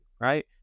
right